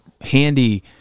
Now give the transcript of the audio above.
handy